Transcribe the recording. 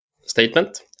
statement